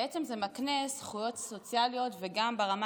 בעצם זה מקנה זכויות סוציאליות וגם ברמה